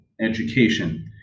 education